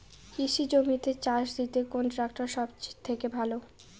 কৃষি জমিতে চাষ দিতে কোন ট্রাক্টর সবথেকে ভালো?